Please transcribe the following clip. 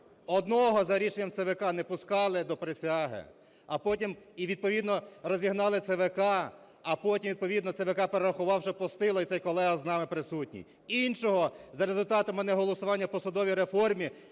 одного за рішенням ЦВК не пускали до присяги, а потім і відповідно розігнали ЦВК, а потім відповідно ЦВК перерахував, щоб пустили, і цей колега з нами присутній. Іншого за результатами неголосування по судовій реформі